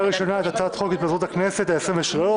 ראשונה את הצעת חוק התפזרות הכנסת העשרים ושלוש,